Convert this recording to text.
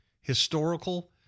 historical